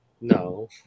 No